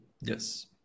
yes